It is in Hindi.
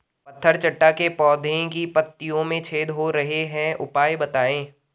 पत्थर चट्टा के पौधें की पत्तियों में छेद हो रहे हैं उपाय बताएं?